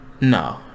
No